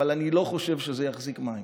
אבל אני לא חושב שזה יחזיק מים.